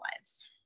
lives